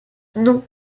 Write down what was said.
non